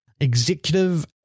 executive